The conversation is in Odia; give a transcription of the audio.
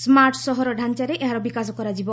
ସ୍କାର୍ଟ ସହର ଢାଞ୍ଚାରେ ଏହାର ବିକାଶ କରାଯିବ